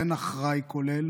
אין אחראי כולל